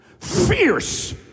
fierce